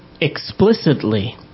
explicitly